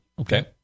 Okay